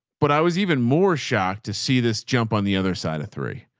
but i was even more shocked to see this jump on the other side of three.